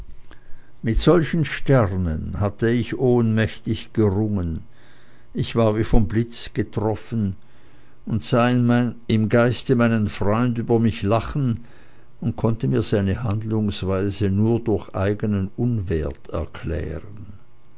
mit solchen sternen hatte ich ohnmächtig gerungen ich war wie vom blitz getroffen ich sah im geiste meinen freund über mich lachen und konnte mir seine handlungsweise nur durch eigenen unwert erklären